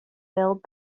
filled